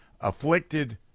afflicted